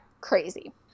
crazy